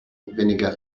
vinegar